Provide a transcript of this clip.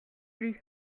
lui